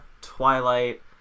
Twilight